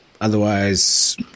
Otherwise